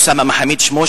אוסמה מחאמיד שמו,